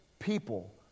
people